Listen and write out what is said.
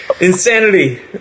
Insanity